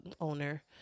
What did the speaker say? owner